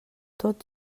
tot